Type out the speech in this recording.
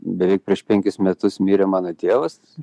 beveik prieš penkis metus mirė mano tėvas